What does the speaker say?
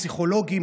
פסיכולוגים,